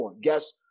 Guess